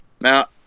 Now